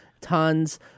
tons